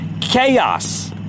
chaos